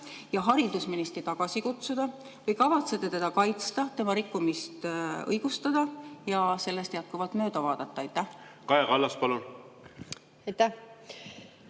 ja haridusministri tagasi kutsuda või kavatsete teda kaitsta, tema rikkumist õigustada ja sellest jätkuvalt mööda vaadata? Aitäh, hea eesistuja!